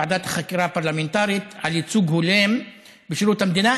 ועדת החקירה הפרלמנטרית לייצוג הולם בשירות המדינה,